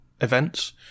Events